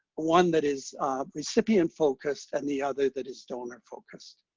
one that is recipient focused, and the other that is donor focused.